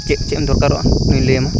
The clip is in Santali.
ᱪᱮᱫ ᱪᱮᱫ ᱮᱢ ᱫᱚᱨᱠᱟᱨᱚᱜᱼᱟ ᱚᱱᱟᱧ ᱞᱟᱹᱭᱟᱢᱟ